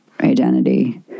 identity